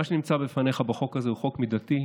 מה שנמצא בפניך בחוק הזה הוא מידתי,